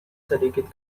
sedikit